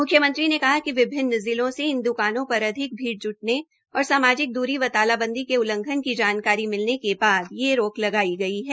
म्ख्यमंत्री ने कहा कि विभिन्न जिलों से इन द्कानों पर अधिक भीड़ ज्टने और सामाजिक उल्लंघन की जानकारी मिलने के बाद यह रोक लगाई गई है